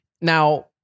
Now